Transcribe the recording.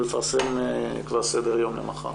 ולפרסם כבר סדר-יום למחר.